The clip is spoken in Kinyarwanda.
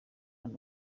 hano